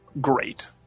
great